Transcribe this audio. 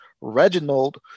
Reginald